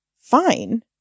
fine